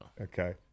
Okay